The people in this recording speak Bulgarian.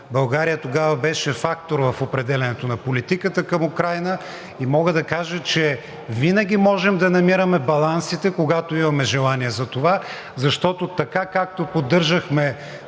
България тогава беше фактор в определянето на политиката към Украйна и мога да кажа, че винаги можем да намираме балансите, когато имаме желания за това, защото така, както поддържахме